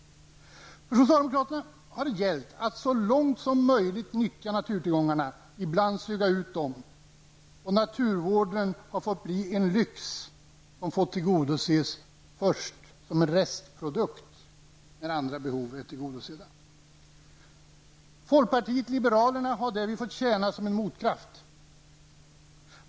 För socialdemokraterna har det gällt att så långt som möjligt nyttja naturtillgångarna och ibland suga ut dem. Naturvården har blivit en lyx som har fått tillgodoses först som en restprodukt när andra behov är tillgodosedda. Folkpartiet liberalerna har därvid fått tjäna som en motkraft.